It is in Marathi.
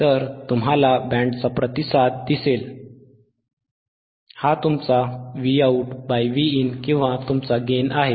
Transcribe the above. तर तुम्हाला बँडचा प्रतिसाद दिसेल हा तुमचा VoutVin किंवा तुमचा गेन आहे